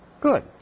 Good